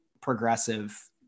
progressive